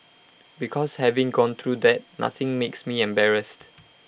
because having gone through that nothing makes me embarrassed